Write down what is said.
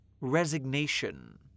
resignation